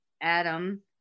Adam